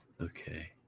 Okay